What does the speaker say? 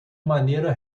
maneira